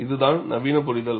இதுதான் நவீன புரிதல்